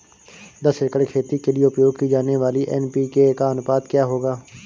दस एकड़ खेती के लिए उपयोग की जाने वाली एन.पी.के का अनुपात क्या होगा?